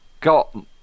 got